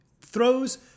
throws